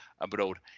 abroad